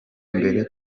mbere